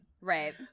Right